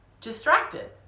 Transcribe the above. Distracted